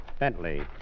Bentley